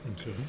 Okay